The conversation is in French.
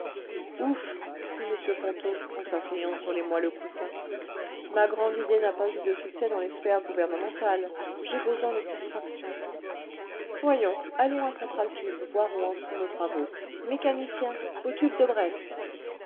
ouf fit m ponto en s'asseyant sur les moelleux coussins ma grande idée n'a pas eu de succès dans les sphères gouvernementales j'ai besoin de distractions voyons allons à central tube voir où en sont nos travaux mécanicien au tube de brest